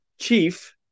chief